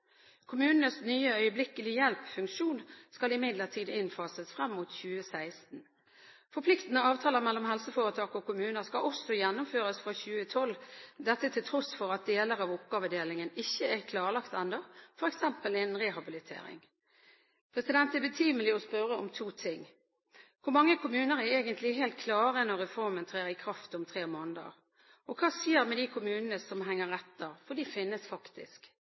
Kommunenes nye øyeblikkelig hjelp-funksjon skal imidlertid innfases frem mot 2016. Forpliktende avtaler mellom helseforetak og kommuner skal også gjennomføres fra 2012 – dette til tross for at deler av oppgavedelingen ikke er klarlagt ennå, f.eks. innenfor rehabilitering. Det er betimelig å spørre om to ting: Hvor mange kommuner er egentlig helt klare når reformen trer i kraft om tre måneder? Og: Hva skjer med de kommunene som henger etter? De finnes faktisk.